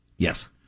Yes